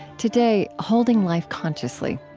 today holding life consciously.